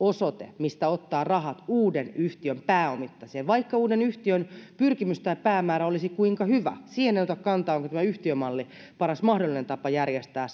osoite mistä ottaa rahat uuden yhtiön pääomittamiseen vaikka uuden yhtiön pyrkimys tai päämäärä olisi kuinka hyvä siihen en ota kantaa onko tämä yhtiömalli paras mahdollinen tapa järjestää